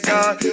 God